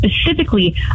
specifically